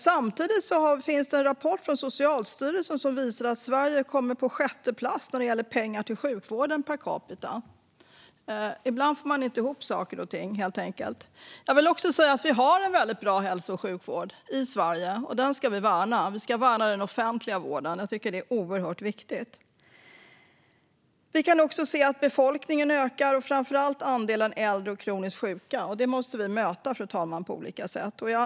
Samtidigt visar en rapport från Socialstyrelsen att Sverige kommer på sjätte plats när det gäller pengar till sjukvården per capita. Ibland får man helt enkelt inte ihop saker och ting. Jag vill också säga att vi har en väldigt bra hälso och sjukvård i Sverige och att vi ska värna den. Vi ska värna den offentliga vården; det tycker jag är oerhört viktigt. Vi kan även se att befolkningen ökar, framför allt andelen äldre och kroniskt sjuka. Det måste vi möta på olika sätt, fru talman.